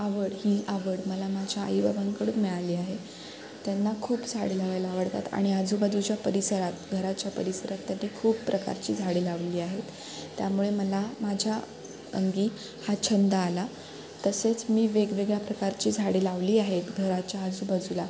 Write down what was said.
आवड ही आवड मला माझ्या आईबाबांकडून मिळाली आहे त्यांना खूप झाडे लावायला आवडतात आणि आजूबाजूच्या परिसरात घराच्या परिसरात त्यांनी खूप प्रकारची झाडी लावली आहेत त्यामुळे मला माझ्या अंगी हा छंद आला तसेच मी वेगवेगळ्या प्रकारची झाडे लावली आहेत घराच्या आजूबाजूला